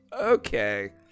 Okay